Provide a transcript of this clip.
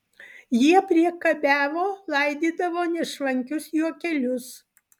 jie priekabiavo laidydavo nešvankius juokelius